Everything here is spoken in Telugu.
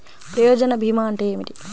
ప్రయోజన భీమా అంటే ఏమిటి?